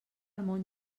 món